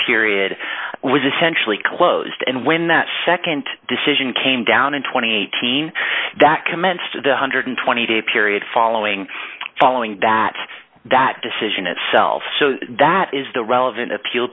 period was essentially closed and when that nd decision came down and two thousand and eighteen that commenced the one hundred and twenty day period following following that that decision itself so that is the relevant appeal